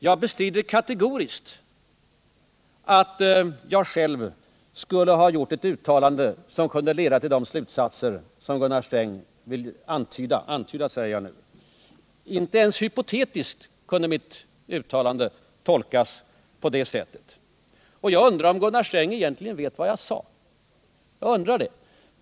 Jag bestrider kategoriskt att jag själv skulle ha gjort ett uttalande som kunde leda till de slutsatser som Gunnar Sträng vill antyda — jag säger antyda. Inte ens hypotetiskt kunde mitt uttalande tolkas på det sättet. Jag undrar om Gunnar Sträng egentligen vet vad jag sade.